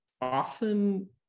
Often